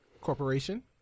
Corporation